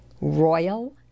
royal